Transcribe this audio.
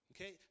Okay